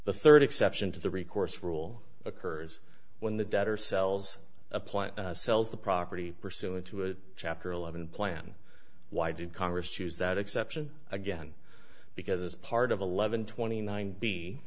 the third exception to the recourse rule occurs when the debtor sells a plan sells the property pursuant to a chapter eleven plan why did congress choose that exception again because as part of eleven twenty nine b